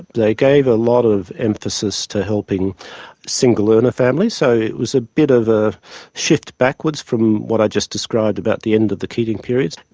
they gave a lot of emphasis to helping single-earner families, so it was a bit of a shift backwards from what i just described about the end of the keating period.